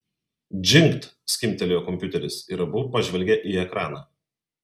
džingt skimbtelėjo kompiuteris ir abu pažvelgė į ekraną